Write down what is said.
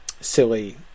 silly